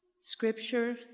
Scripture